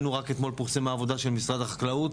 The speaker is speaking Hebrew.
רק אתמול פורסמה העבודה של משרד החקלאות.